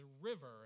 river